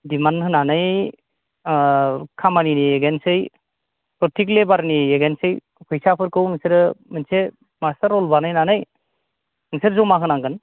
demand होनानै खामानिनि एगेन्सयै परथेक लेभारफोरनि एगेन्सयै फैसाफोरखौ नोंसोरो मोनसे मास्टार रल बानायनानै नोंसोर जमा होनांगोन